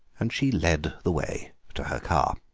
and she led the way to her car.